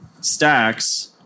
Stacks